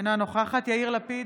אינה נוכחת יאיר לפיד,